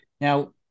Now